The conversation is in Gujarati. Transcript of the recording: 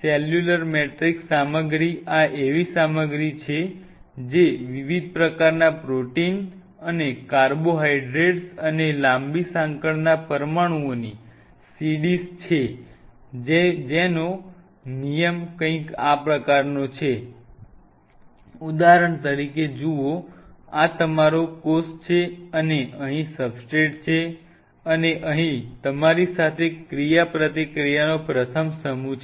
સેલ્યુલર મેટ્રિક્સ સામગ્રી આ એવી સામગ્રી છે જે વિવિધ પ્રકારના પ્રોટીન અને કાર્બોહાઈડ્રેટ્સ અને લાંબી સાંકળના પરમાણુઓની CDs છે જેનો નિયમ કંઈક આ પ્રકારનો છે ઉદાહરણ તરીકે જુઓ આ તમારો કોષ છે અને અહીં સબસ્ટ્રેટ છે અને અહીં તમારી સાથે ક્રિયાપ્રતિક્રિયાનો પ્રથમ સમૂહ છે